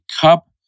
Cup